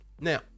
now